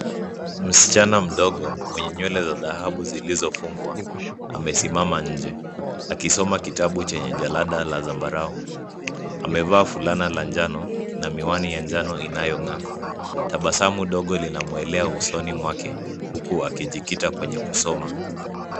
Msichana mdogo mwenye nywele za dhahabu zilizofungwa amesimama inje akisoma kitabu chenye jarada la zambarau. Amevaa fulana la njano na miwani ya njano inayong'aa. Tabasamu ndogo linamwelea usoni mwake huku akijikita kwenye kusoma.